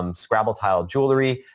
um scrabble tile jewelry,